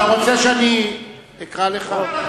אתה רוצה שאני אקרא לך?